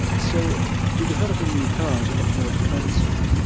so to develop a new car is a lot more expensive.